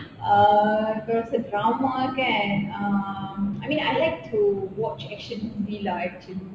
uh if there was a drama kan um I mean I like to watch action movie lah actually